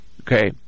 Okay